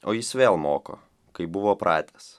o jis vėl moko kaip buvo pratęs